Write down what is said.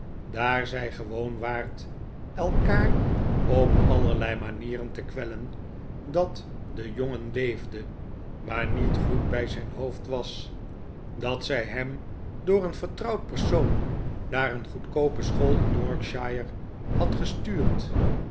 daar gij gewoon waart elkaar op allerlei manieren te kwellenj dat de jongen leefde maar niet goed bij het hoofd was dat zij hem door een vertrouwd persoon naar een goedkoope school in yorkshire had gestuurd